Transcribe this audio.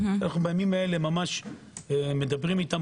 אנחנו בימים אלה ממש מדברים איתם,